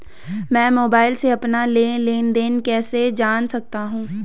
मैं मोबाइल से अपना लेन लेन देन कैसे जान सकता हूँ?